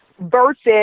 Versus